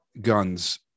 guns